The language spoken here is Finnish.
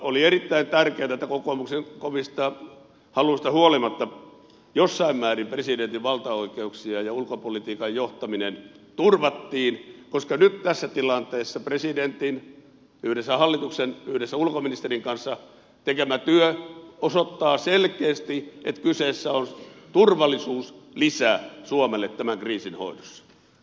oli erittäin tärkeätä että kokoomuksen kovista haluista huolimatta jossain määrin presidentin valtaoikeuksia ja ulkopolitiikan johtamista turvattiin koska nyt tässä tilanteessa presidentin yhdessä hallituksen yhdessä ulkoministerin kanssa tekemä työ osoittaa selkeästi että kyseessä on turvallisuuslisä suomelle tämän kriisin hoidossa